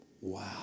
Wow